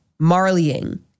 marleying